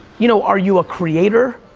you know, are you a creator?